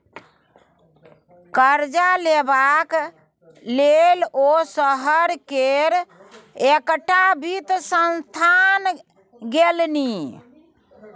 करजा लेबाक लेल ओ शहर केर एकटा वित्त संस्थान गेलनि